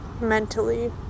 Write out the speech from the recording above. mentally